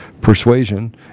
persuasion